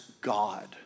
God